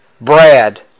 Brad